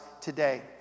today